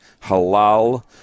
Halal